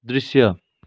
दृश्य